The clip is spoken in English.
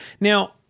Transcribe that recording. Now-